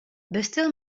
buster